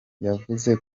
yavuze